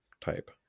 type